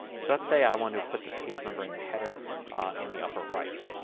so let's say i want to put the page number in the header in the upper right.